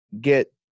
get